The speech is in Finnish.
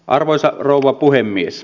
arvoisa rouva puhemies